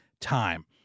time